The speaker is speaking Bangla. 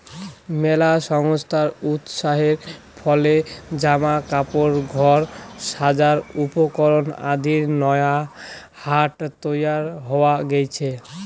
মেলা সংস্থার উৎসাহের ফলে জামা কাপড়, ঘর সাজার উপকরণ আদির নয়া হাট তৈয়ার হয়া গেইচে